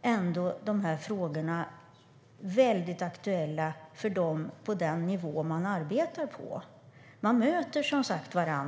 dessa frågor mycket aktuella för dem på den nivå som de arbetar. Man möter, som sagt, varandra.